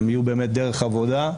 הן יהיו באמת דרך עבודה.